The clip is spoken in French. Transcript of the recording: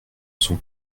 sont